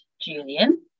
Julian